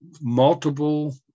multiple